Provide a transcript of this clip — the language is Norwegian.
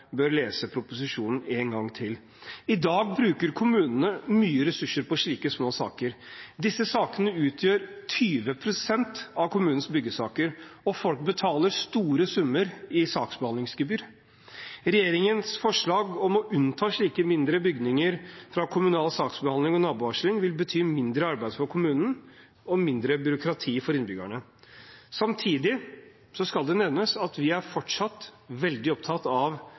bør lese proposisjonen en gang til. I dag bruker kommunene mye ressurser på slike små saker. Disse sakene utgjør 20 pst. av kommunenes byggesaker, og folk betaler store summer i saksbehandlingsgebyrer. Regjeringens forslag om å unnta slike mindre bygninger fra kommunal saksbehandling og nabovarsling vil bety mindre arbeid for kommunen og mindre byråkrati for innbyggerne. Samtidig skal det nevnes at vi er fortsatt veldig opptatt av